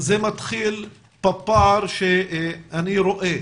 זה מתחיל בפער שאני רואה